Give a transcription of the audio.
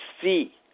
see